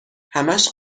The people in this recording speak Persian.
همش